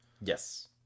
Yes